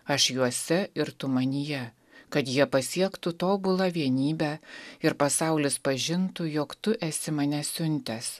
aš juose ir tu manyje kad jie pasiektų tobulą vienybę ir pasaulis pažintų jog tu esi mane siuntęs